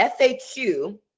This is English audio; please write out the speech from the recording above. FAQ